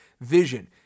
vision